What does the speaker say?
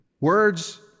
Words